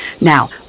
Now